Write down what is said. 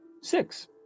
Six